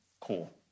cool